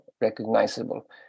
recognizable